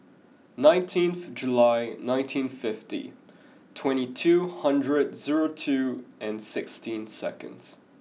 nineteenth July nineteen fifty twenty two hundred zero two and sixteen seconds